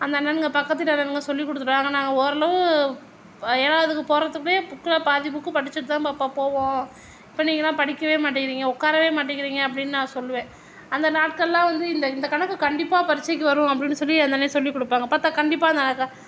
அந்த அண்ணனுங்க பக்கத்து தெருன்னு சொல்லி கொடுத்துடுவாங்க நாங்கள் ஓரளவு ஏழாவதுக்கு போகிறதுக்கே புக்கில் பாதி புக்கு படிச்சிவிட்டு தான் பாப்பா போவோம் இப்போ நீங்களாம் படிக்கவே மாட்டேங்கிறீங்க உக்காறவே மாட்டேங்கிறீங்க அப்படின்னு நான் சொல்லுவேன் அந்த நாட்கள்லாம் வந்து இந்த இந்த கணக்கு கண்டிப்பாக பரீச்சைக்கு வரும் அப்படின்னு சொல்லி அந்த அண்ணனே சொல்லி கொடுப்பாங்க பார்த்தா கண்டிப்பாக அதுதான்